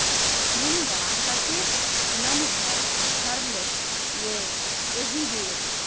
मुनगा कतेक नमहर फरलै ये एहिबेर